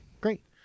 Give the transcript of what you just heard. great